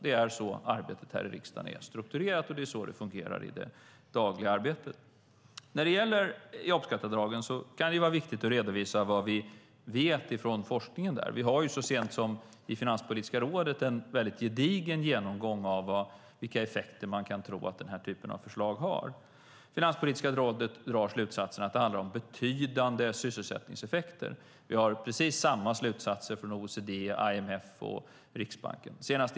Det är så arbetet i riksdagen är strukturerat, och det är så det fungerar i det dagliga arbetet. När det gäller jobbskatteavdragen kan det vara viktigt att redovisa vad vi vet från forskningen. Finanspolitiska rådet har gjort en gedigen genomgång av vilka effekter man tror att denna typ av förslag har. Rådet drar slutsatsen att det handlar om betydande sysselsättningseffekter. OECD, IMF och Riksbanken har dragit samma slutsats.